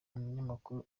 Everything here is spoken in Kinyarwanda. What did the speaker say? umunyamakuru